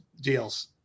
deals